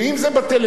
ואם זה בטלוויזיה,